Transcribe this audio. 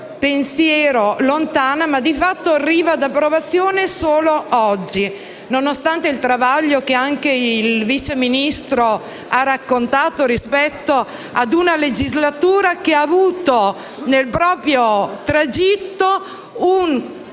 pensiero lontana e di fatto arriva all'approvazione solo oggi, nonostante il travaglio che anche il Vice Ministro ha raccontato rispetto ad una legislatura che ha avuto nel proprio tragitto un